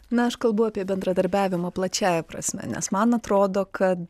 na aš kalbu apie bendradarbiavimą plačiąja prasme nes man atrodo kad